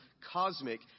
cosmic